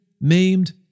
maimed